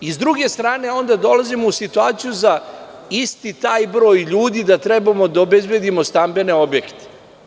S druge strane, onda dolazimo u situaciju za isti taj broj ljudi da trebamo da obezbedimo stambene objekte.